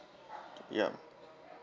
yup